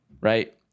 right